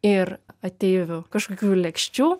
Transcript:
ir ateivių kažkokių lėkščių